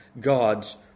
God's